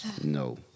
No